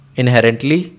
inherently